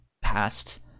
past